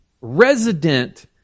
resident